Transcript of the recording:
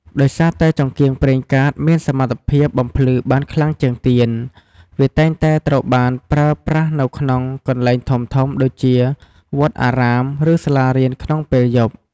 ដោយសារតែចង្កៀងប្រេងកាតមានសមត្ថភាពបំភ្លឺបានខ្លាំងជាងទៀន វាតែងតែត្រូវបានប្រើប្រាស់នៅក្នុងកន្លែងធំៗដូចជាវត្តអារាម ឬសាលារៀនក្នុងពេលយប់។